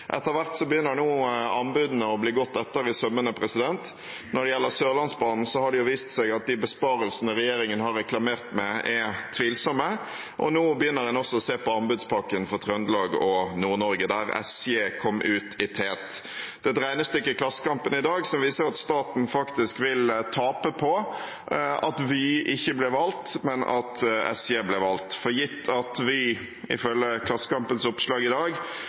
Etter hvert begynner anbudene å bli gått etter i sømmene. Når det gjelder Sørlandsbanen, har det vist seg at de besparelsene som regjeringen har reklamert med, er tvilsomme. Nå begynner en også å se på anbudspakkene for Trøndelag og Nord-Norge, der SJ, Statens Järnvägar, kom ut i tet. Et regnestykke i Klassekampen i dag viser at staten faktisk vil tape på at ikke Vy, men SJ ble valgt. Gitt at Vy, ifølge Klassekampens oppslag i dag, hadde oppnådd også det som er under normal driftsmargin på jernbanestrekningene de opererer på i dag,